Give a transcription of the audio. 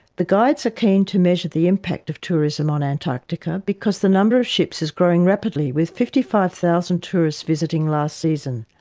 the guides are keen to measure the impact of tourism on antarctica because the number of ships is growing rapidly, with fifty five thousand tourists visiting last season.